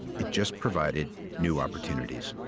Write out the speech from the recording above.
it just provided new opportunities.